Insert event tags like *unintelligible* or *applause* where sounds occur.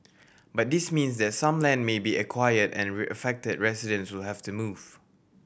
but this means that some land may be acquired and *unintelligible* affected residents will have to move